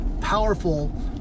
powerful